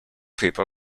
people